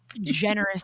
Generous